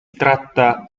tratta